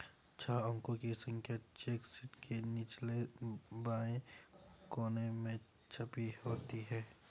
छह अंकों की संख्या चेक शीट के निचले बाएं कोने में छपी होती है